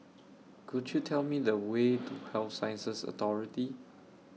Could YOU Tell Me The Way to Health Sciences Authority